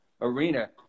arena